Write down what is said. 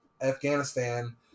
Afghanistan